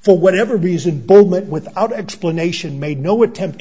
for whatever reason boy met without explanation made no attempt to